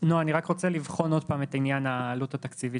רוצה לבחון עוד פעם את העלות התקציבית